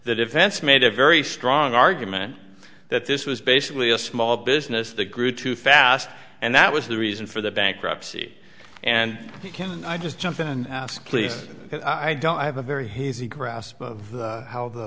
defense made a very strong argument that this was basically a small business the grew too fast and that was the reason for the bankruptcy and can i just jump in and ask please i don't have a very hazy grasp of how the